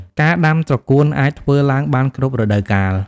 ការដាំត្រកួនអាចធ្វើឡើងបានគ្រប់រដូវកាល។